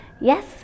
Yes